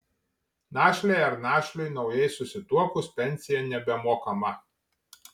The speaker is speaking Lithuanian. našlei ar našliui naujai susituokus pensija nebemokama